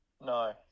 no